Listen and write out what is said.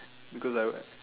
because I